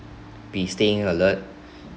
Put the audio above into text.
be staying alert